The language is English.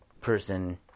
person